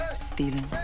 stealing